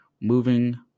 moving